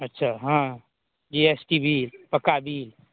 अच्छा हँ ई एस टी बिल पका बील